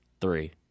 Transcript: Three